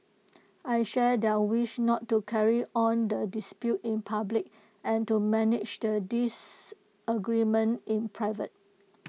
I share their wish not to carry on the dispute in public and to manage the disagreement in private